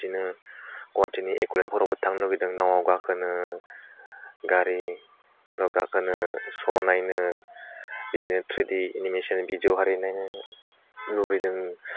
बिदिनो गुहाटिनि एक'लेण्डफोरावबो थांनो लुगैदों नावाव गाखोनो गारिफ्राव गाखोनो स' नायनो बिदिनो ट्रिडि एनिमेसन भिदिअ आरि नायनो लुगैदों